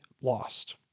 lost